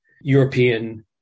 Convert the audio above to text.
European